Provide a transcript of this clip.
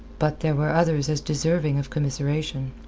but there were others as deserving of commiseration.